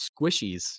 squishies